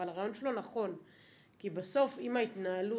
אבל הרעיון שלו נכון כי בסוף אם ההתנהלות